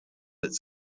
its